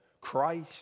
Christ